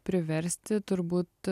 priversti turbūt